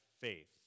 faith